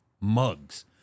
mugs